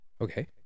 Okay